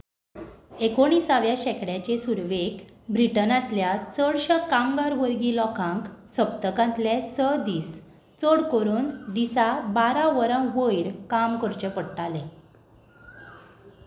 एकुणिसाव्या शेंकड्याचे सुरवेक ब्रिटनांतल्या चडशा कामगार वर्गी लोकांक सप्तकांतले स दीस चड करून दिसा बारा वरां वयर काम करचें पडटालें